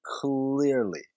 clearly